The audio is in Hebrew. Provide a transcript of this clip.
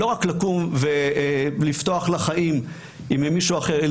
לא רק לקום ולפתוח לה חיים עם מישהו אחר,